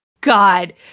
god